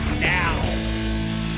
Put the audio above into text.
now